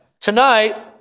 Tonight